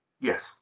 Yes